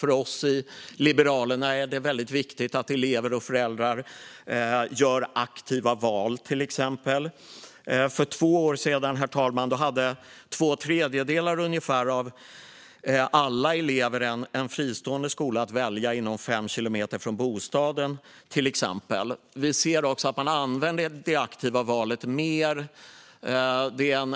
För oss i Liberalerna är det viktigt att elever och föräldrar gör aktiva val. För två år sedan kunde ungefär två tredjedelar av alla elever välja en fristående skola inom fem kilometer från bostaden. Vi ser också att man gör ett aktivt val i större utsträckning.